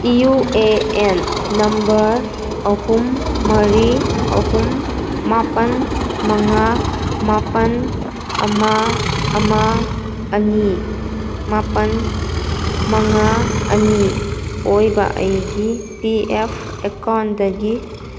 U A N number ꯑꯍꯨꯝ ꯃꯔꯤ ꯑꯍꯨꯝ ꯃꯥꯄꯜ ꯃꯉꯥ ꯃꯥꯄꯜ ꯑꯃ ꯑꯃ ꯑꯅꯤ ꯃꯥꯄꯜ ꯃꯉꯥ ꯑꯅꯤ ꯑꯣꯏꯕ ꯑꯩꯒꯤ ꯄꯤ ꯑꯦꯐ ꯑꯦꯀꯥꯎꯟꯗꯒꯤ